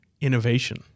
innovation